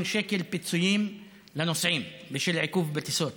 שקל פיצויים לנוסעים בשל עיכוב בטיסות